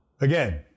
Again